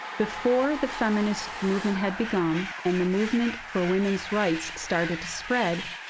before the feminist movement had begun and the movement for women's rights started to spread,